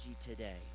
today